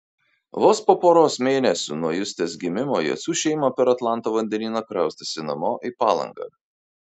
vos po poros mėnesių nuo justės gimimo jocių šeima per atlanto vandenyną kraustėsi namo į palangą